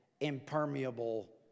impermeable